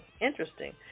Interesting